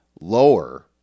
lower